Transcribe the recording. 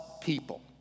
people